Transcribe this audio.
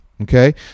okay